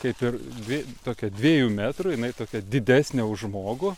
kaip ir dvi tokią dviejų metrų jinai tokia didesnė už žmogų